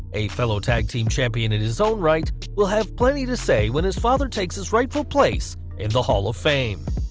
a fellow tag champion in his own right will have plenty to say when his father takes his rightful place in the hall of fame.